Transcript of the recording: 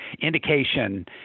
indication